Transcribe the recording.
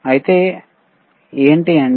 అయితే ఏంటి అంటే